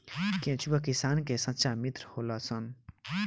केचुआ किसान के सच्चा मित्र होलऽ सन